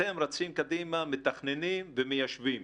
אתם רצים קדימה, מתכננים ומיישבים?